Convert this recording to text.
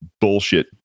bullshit